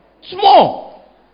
Small